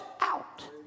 out